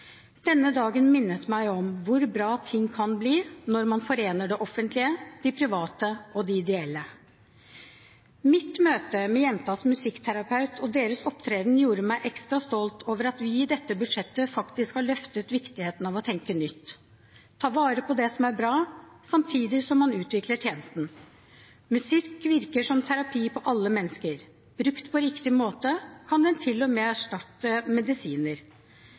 Denne dagen minnet meg om hvor bra ting kan bli når man forener det offentlige, de private og de ideelle. Mitt møte med jentas musikkterapeut og deres opptreden gjorde meg ekstra stolt over at vi i dette budsjettet faktisk har løftet viktigheten av å tenke nytt – ta vare på det som er bra, samtidig som man utvikler tjenesten. Musikk virker som terapi på alle mennesker, brukt på riktig måte kan den til og med erstatte medisiner.